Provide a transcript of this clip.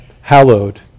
hallowed